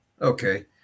okay